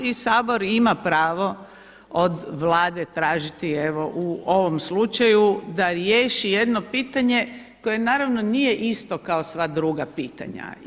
I Sabor ima pravo od Vlade tražiti evo u ovom slučaju da riješi jedno pitanje koje naravno nije isto kao i sva druga pitanja.